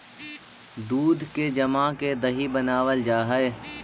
दूध के जमा के दही बनाबल जा हई